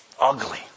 Ugly